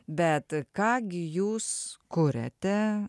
bet ką gi jūs kuriate